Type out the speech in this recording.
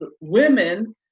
women